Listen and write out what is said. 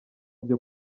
byo